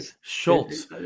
Schultz